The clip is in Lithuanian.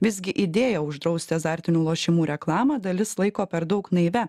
visgi idėją uždrausti azartinių lošimų reklamą dalis laiko per daug naivia